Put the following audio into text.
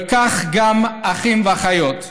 וכך גם אחים ואחיות.